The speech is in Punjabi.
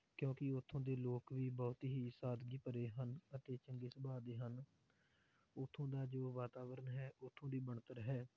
ਕਿਉਂਕਿ ਉੱਥੋਂ ਦੇ ਲੋਕ ਵੀ ਬਹੁਤ ਹੀ ਸਾਦਗੀ ਭਰੇ ਹਨ ਅਤੇ ਚੰਗੇ ਸੁਭਾਅ ਦੇ ਹਨ ਉੱਥੋਂ ਦਾ ਜੋ ਵਾਤਾਵਰਨ ਹੈ ਉੱਥੋਂ ਦੀ ਬਣਤਰ ਹੈ